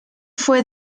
fue